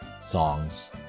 songs